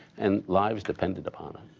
and lives depended upon it.